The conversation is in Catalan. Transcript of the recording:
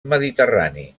mediterrani